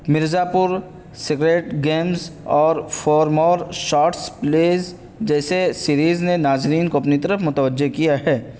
Mirzapur sacred games اور four more shots please جیسے series نے ناظرین کو اپنی طرف متوجہ کیا ہے